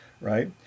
right